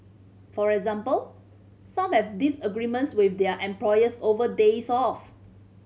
for example some have disagreements with their employers over days off